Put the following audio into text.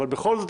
אבל בכל זאת,